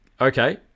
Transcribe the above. Okay